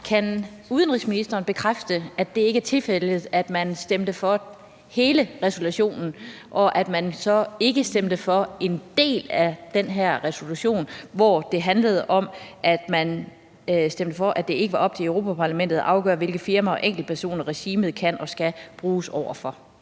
Kan udenrigsministeren bekræfte, at det ikke er tilfældet, altså at man stemte for resolutionen i sin helhed, men at man så ikke stemte for en del af den? Det handlede om, at man ikke stemte for, at det var op til Europa-Parlamentet at afgøre, hvilke firmaer og enkeltpersoner regimet kan og skal bruges over for.